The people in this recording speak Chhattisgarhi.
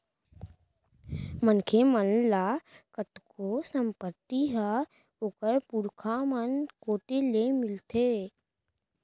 मनखे मन ल कतको संपत्ति ह ओखर पुरखा मन कोती ले मिलथे